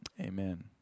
Amen